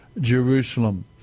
Jerusalem